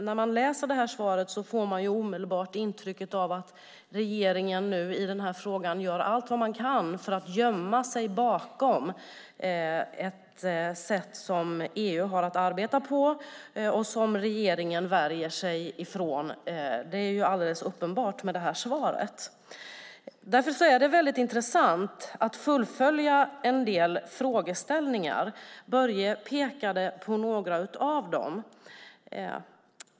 När man läser svaret får man intrycket att regeringen gör allt den kan för att gömma sig bakom ett sätt som EU har att arbeta på och som regeringen värjer sig mot. Det är uppenbart i svaret. Det är intressant att fullfölja en del frågeställningar. Börje pekade på några av dem.